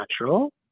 natural